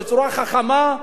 בצורה חכמה,